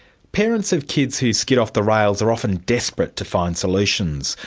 parents of kids who skid off the rails are often desperate to find solutions,